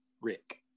Rick